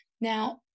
Now